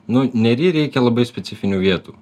nu nery reikia labai specifinių vietų